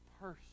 person